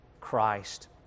Christ